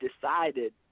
decided